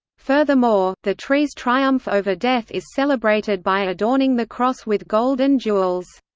furthermore, the tree's triumph over death is celebrated by adorning the cross with gold and jewels.